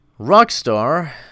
Rockstar